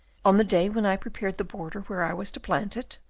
on the day when i prepared the border where i was to plant it?